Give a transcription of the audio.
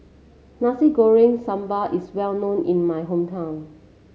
Nasi Goreng Sambal is well known in my hometown